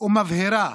ומבהירה